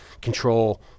control